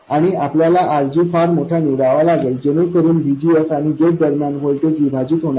आणि आपल्याला RG फार मोठा निवडावा लागेल जेणेकरून Vs आणि गेट दरम्यान व्होल्टेज विभाजित होणार नाही